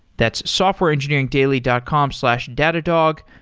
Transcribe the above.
that's softwareengineeringdaily dot com slash datadog.